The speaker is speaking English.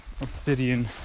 Obsidian